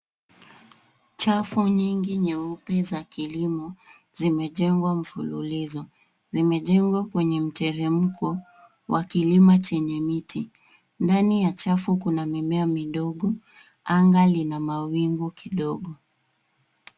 Chafu nyingi nyeupe za kilimo zimejengwa mfululizo. Zimejengwa kwenye mteremko wa kilima chenye miti. Ndani ya chafu kuna mimea midogo. Anga lina mawingu kidogo.